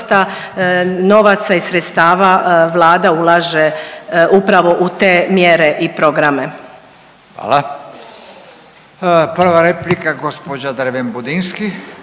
novaca i sredstava Vlada ulaže upravo u te mjere i programe. **Radin, Furio (Nezavisni)** Hvala. Prva replika gospođa Dreven Budinski.